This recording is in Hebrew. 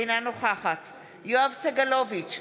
אינה נוכחת יואב סגלוביץ'